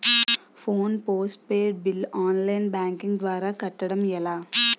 Phone postpaid bill online banking ద్వారా కట్టడం ఎలా?